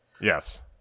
Yes